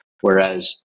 whereas